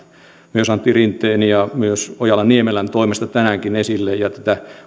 myös antti rinteen ja myös ojala niemelän toimesta tänäänkin esille ja tätä